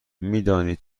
میدانید